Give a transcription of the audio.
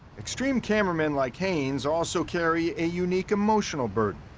extreme cameramen like haynes also carry a unique emotional burden,